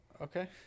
Okay